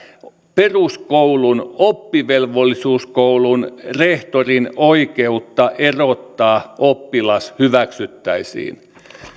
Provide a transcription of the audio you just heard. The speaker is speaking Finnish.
peruskoulun oppivelvollisuuskoulun rehtorin oikeutta erottaa oppilas hyväksyttäisiin